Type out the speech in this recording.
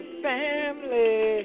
family